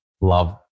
love